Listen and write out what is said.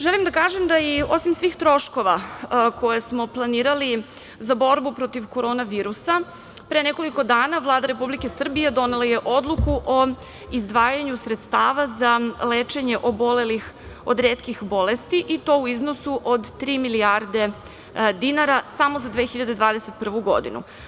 Želim da kažem da je i osim svih troškova, koje smo planirali za borbu protiv korona virusa, pre nekoliko dana Vlada Republike Srbije donela je odluku o izdvajanju sredstava za lečenje obolelih od retkih bolesti i to u iznosu od tri milijarde dinara samo za 2021. godinu.